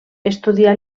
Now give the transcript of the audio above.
estudià